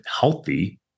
healthy